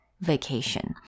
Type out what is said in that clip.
Vacation